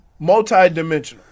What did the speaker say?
multidimensional